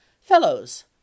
fellows